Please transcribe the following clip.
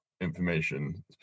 information